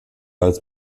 als